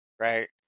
right